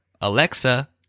Alexa